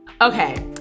Okay